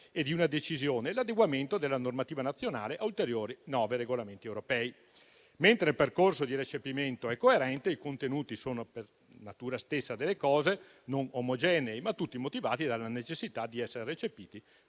di una decisione e l'adeguamento della normativa nazionale a ulteriori nove regolamenti europei. Mentre il percorso di recepimento è coerente, i contenuti sono per natura stessa delle cose non omogenei, ma tutti motivati dalla necessità di essere recepiti